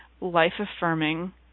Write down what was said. life-affirming